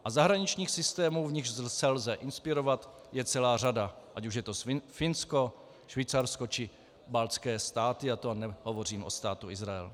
A zahraničních systémů, u nichž se lze inspirovat, je celá řada, ať už je to Finsko, Švýcarsko či baltské státy, a to nehovořím o Státu Izrael.